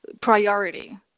priority